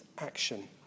action